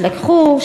שלקחו,